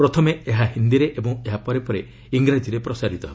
ପ୍ରଥମେ ଏହା ହିନ୍ଦୀରେ ଓ ଏହା ପରେ ଇଂରାଜୀରେ ପ୍ରସାରିତ ହେବ